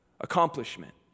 accomplishment